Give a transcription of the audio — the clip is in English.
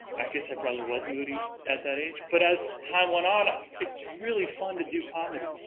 i guess i probably was moody, at that age. but as time went on, it's really fun to do comedy.